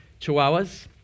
chihuahuas